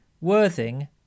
Worthing